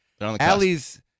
Allie's